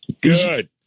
Good